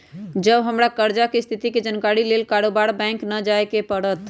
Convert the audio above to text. अब हमरा कर्जा के स्थिति के जानकारी लेल बारोबारे बैंक न जाय के परत्